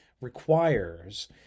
requires